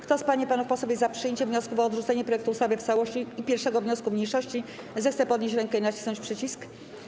Kto z pań i panów posłów jest za przyjęciem wniosków o odrzucenie projektu ustawy w całości i 1. wniosku mniejszości, zechce podnieść rękę i nacisnąć przycisk.